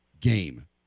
game